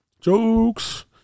Jokes